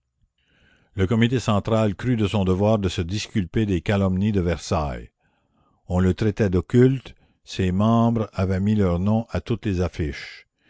le comité central crut de son devoir de se disculper des calomnies de versailles on le traitait d'occulte ses membres avaient mis leurs noms à toutes les affiches